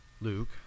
Luke